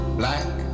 black